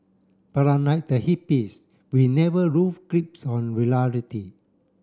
but unlike the hippies we never lose grips on reality